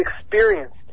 experienced